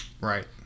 Right